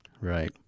Right